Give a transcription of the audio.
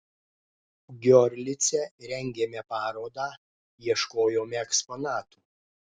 giorlice rengėme parodą ieškojome eksponatų